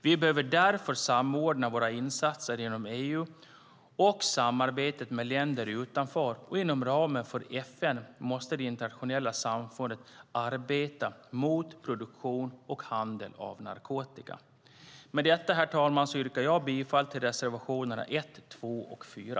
Vi behöver därför samordna våra insatser inom EU och samarbetet med länder utanför, och inom ramen för FN måste det internationella samfundet arbeta mot produktion av och handel med narkotika. Med detta, herr talman, yrkar jag bifall till reservationerna 1, 2 och 4.